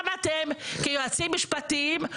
גם אתם כיועצים משפטיים,